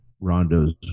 Rondo's